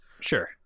sure